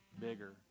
bigger